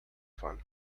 fun